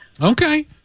Okay